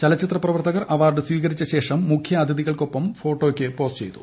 ചലച്ചിത്ര പ്രവർത്തകർ അവാർഡ് സ്പീകരിച്ച ശേഷം മുഖ്യാതിഥികൾക്കൊപ്പം ഫോട്ടോയ്ക്ക് പോസ് ചെയ്തു